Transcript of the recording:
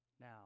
now